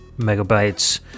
megabytes